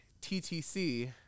TTC